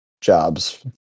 jobs